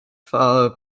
follow